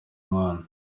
umwana